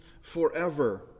forever